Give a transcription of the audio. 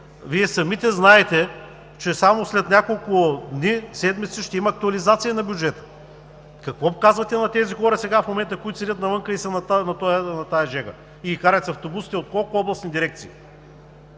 Вие самите знаете, че само след няколко дни, седмици ще има актуализация на бюджета. Какво казвате на тези хора сега в момента, които седят навън и са на тази жега, и ги карате с автобусите от колко областни дирекции